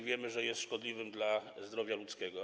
Wiemy, że jest to szkodliwe dla zdrowia ludzkiego.